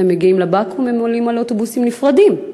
הם מגיעים לבקו"ם ועולים על אוטובוסים נפרדים,